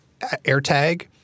AirTag